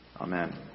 Amen